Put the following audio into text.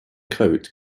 coat